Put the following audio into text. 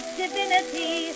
divinity